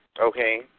okay